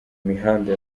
mihanda